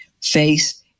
face